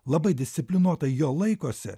labai disciplinuotai jo laikosi